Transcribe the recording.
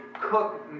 cook